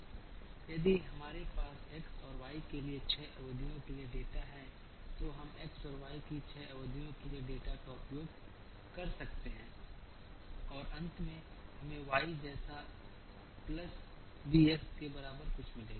अब यदि हमारे पास x और y के लिए छह अवधियों के लिए डेटा है तो हम x और y की छह अवधियों के लिए डेटा का उपयोग कर सकते हैं और अंत में हमें y जैसा प्लस b x के बराबर कुछ मिलेगा